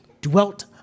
dwelt